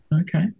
Okay